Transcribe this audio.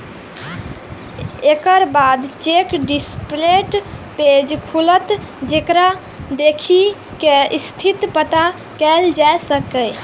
एकर बाद check display page खुलत, जेकरा देखि कें स्थितिक पता कैल जा सकैए